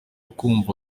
kumva